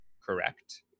correct